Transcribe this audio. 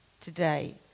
today